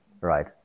right